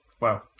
Wow